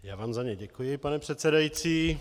Já vám za ně děkuji, pane předsedající.